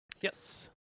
Yes